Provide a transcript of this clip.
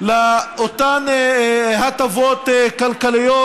לאותן הטבות כלכליות,